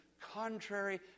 contrary